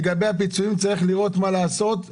לגבי הפיצויים, צריך לראות מה לעשות.